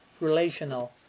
relational